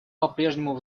попрежнему